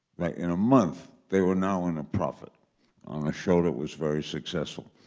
in a month, they were now in a profit on a show that was very successful.